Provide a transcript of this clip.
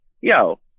yo